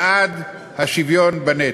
בעד השוויון בנטל.